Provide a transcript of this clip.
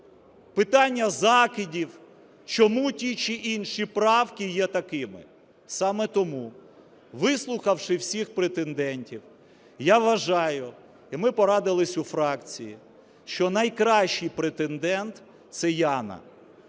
питання закидів, чому ті чи інші правки є такими. Саме тому, вислухавши всіх претендентів, я вважаю, і ми порадились у фракції, що найкращий претендент – це Яна,